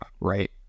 right